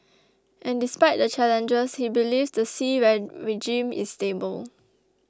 and despite the challenges he believes the Xi regime is stable